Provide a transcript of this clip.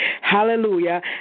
Hallelujah